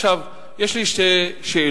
עכשיו, יש לי שתי שאלות,